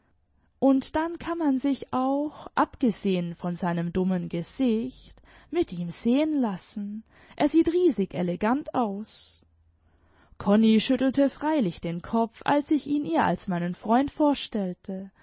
und daim kann man sich auch abgesehen von seinem dummen gesicht mit ihm sehen lassen r sieht riesig elegant aus konni schüttelte freilich den kopf als ich ihn ihr als meinen freund vorstellte